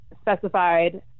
specified